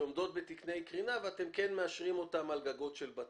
שעומדות בתקני קרינה ואתם כן מאשרים אותן על גגות של בתים,